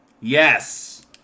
Yes